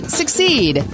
succeed